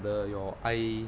the your eye